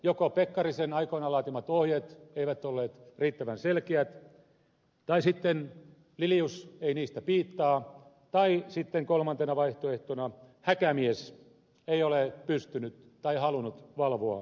joko pekkarisen aikoinaan laatimat ohjeet eivät olleet riittävän selkeät tai sitten lilius ei niistä piittaa tai sitten kolmantena vaihtoehtona häkämies ei ole pystynyt valvomaan tai halunnut valvoa fortumin toimintaa